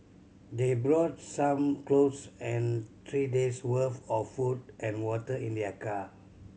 they brought some clothes and three days' worth of food and water in their car